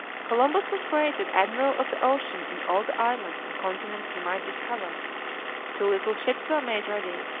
columbus was created admiral of the ocean in all the islands and continents he might discover two little ships were made ready,